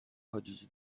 chodzić